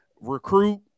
recruit